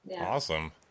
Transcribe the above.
Awesome